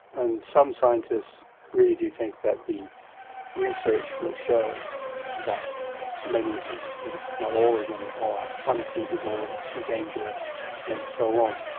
and some scientists really do think that the research will show that many of these things, if not all of them, are unfeasible, too dangerous and so on.